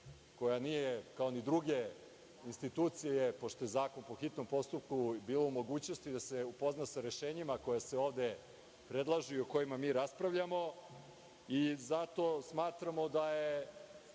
koja nije ni druge institucije, pošto je zakon po hitnom postupku bio u mogućnosti da se upozna sa rešenjima koja se ovde predlažu i o kojima mi raspravljamo i zato smatramo da je